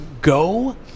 go